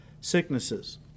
sicknesses